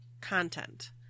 content